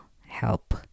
help